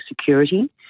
security